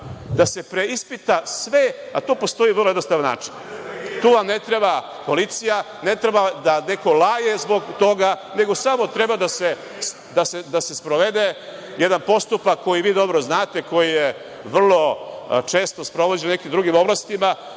Da se preispita sve.Za to postoji jednostavan način. Tu vam ne treba policija, ne treba da vam neko „laje“ zbog toga, nego samo treba da se sprovede jedan postupak koji vi dobro znate, koji je vrlo često sprovođen u nekim drugim oblastima,